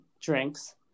drinks